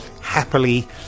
happily